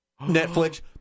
Netflix